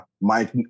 Mike